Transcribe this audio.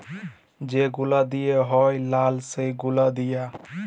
যে গুলা দিঁয়া হ্যয় লায় সে গুলা দিঁয়া